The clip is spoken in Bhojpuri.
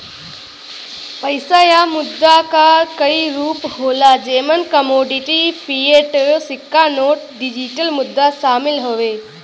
पइसा या मुद्रा क कई रूप होला जेमन कमोडिटी, फ़िएट, सिक्का नोट, डिजिटल मुद्रा शामिल हउवे